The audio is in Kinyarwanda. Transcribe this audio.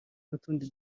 n’utundi